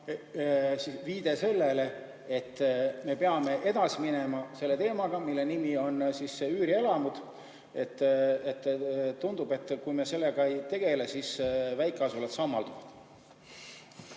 ka viide sellele, et me peame edasi minema selle teemaga, mille nimi on üürielamud? Tundub, et kui me sellega ei tegele, siis väikeasulad sammalduvad.